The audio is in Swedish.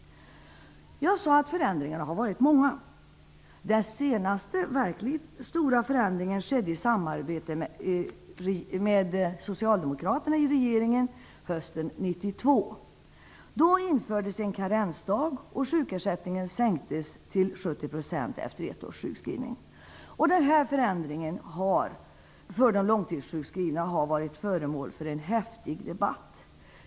Jag sade att förändringarna har varit många. Den senaste verkligt stora förändringen gjordes i samarbete mellan socialdemokraterna och regeringen hösten 1992. Då infördes en karensdag och sjukersättningen sänktes till 70 % efter ett års sjukskrivning. Denna förändring för de långtidssjukskrivna har varit föremål för en häftig debatt.